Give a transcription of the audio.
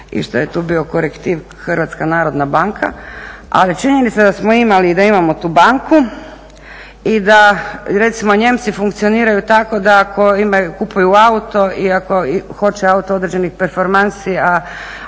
i što je tu bio korektiv HNB, ali je činjenica da smo imali i da imamo tu banku i da recimo Nijemci funkcioniraju tako da ako kupuju auto i ako hoće auto određenih performansi